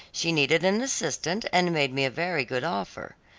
she needed an assistant, and made me a very good offer.